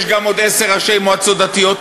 יש גם עוד עשרה ראשי מועצות דתיות.